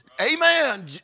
Amen